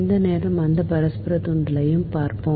அந்த நேரம் அந்த பரஸ்பர தூண்டலையும் பார்க்கும்